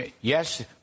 Yes